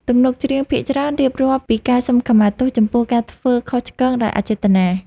ទំនុកច្រៀងភាគច្រើនរៀបរាប់ពីការសុំខមាទោសចំពោះការធ្វើខុសឆ្គងដោយអចេតនា។